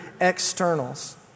externals